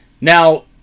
Now